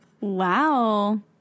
Wow